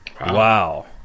wow